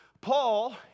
Paul